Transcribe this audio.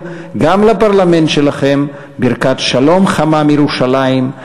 גם לפרלמנט שלכם ברכת שלום חמה מירושלים,